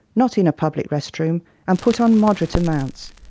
not in a public rest-room, and put on moderate amounts.